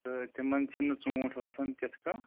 تہٕ تِمَن چھِنہٕ ژوٗنٛٹھۍ وَسان تِتھ کَنۍ